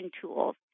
tools